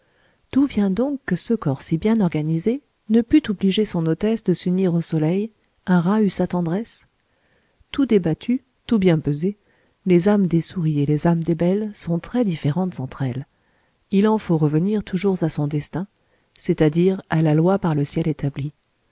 d'où vient donc que ce corps si bien organisé ne put obliger son hôtesse de s'unir au soleil un rat eut sa tendresse tout débattu tout bien pesé les âmes des souris et les âmes des belles sont très différentes entre elles il en faut revenir toujours à son destin c'est-à-dire à la loi par le ciel établie